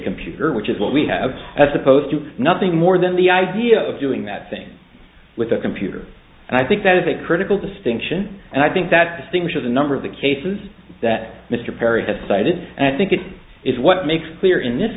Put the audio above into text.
computer which is what we have as opposed to nothing more than the idea of doing that thing with a computer and i think that is a critical distinction and i think that distinguishes a number of the cases that mr perry has cited and i think it is what makes clear in this